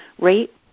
rate